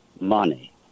money